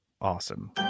awesome